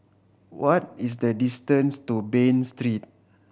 what is the distance to Bain Street